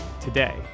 today